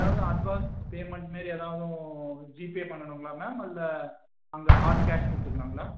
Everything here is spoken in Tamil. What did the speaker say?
எவ்வளோ அட்வான்ஸ் பேமென்ட் மாரி எதாவும் ஜிபே பண்ணனுங்களா மேம் இல்லை அந்த ஹாட் கேஷ் கொடுத்துக்குலாங்ளா